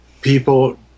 People